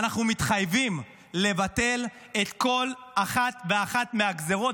אנחנו מתחייבים לבטל את כל אחת ואחת מהגזרות